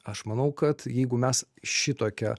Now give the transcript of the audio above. aš manau kad jeigu mes šitokią